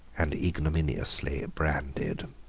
and ignominiously branded.